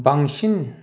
बांसिन